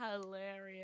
Hilarious